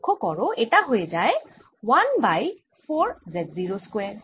লক্ষ্য করো এটা হয়ে যায় 1 বাই 4z0 স্কয়ার